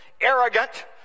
arrogant